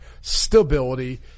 stability